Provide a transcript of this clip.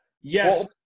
Yes